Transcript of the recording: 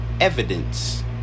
evidence